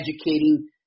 educating